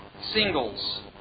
singles